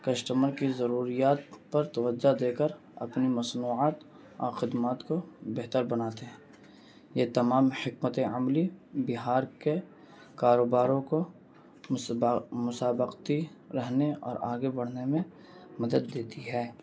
customer کی ضروریات پر توجہ دے کر اپنی مصنوعات اور خدمات کو بہتر بناتے ہیں یہ تمام حکمتیں عملی بہار کے کاروباروں کو مسابقی رہنے اور آگے بڑھنے میں مدد دیتی ہے